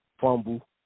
fumble